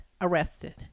arrested